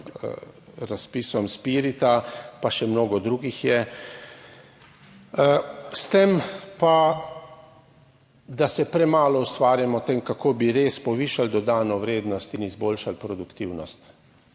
razpisom Spirita, pa še mnogo drugih je. S tem pa, da se premalo ukvarjamo o tem, kako bi res povišali dodano vrednost in izboljšali produktivnost.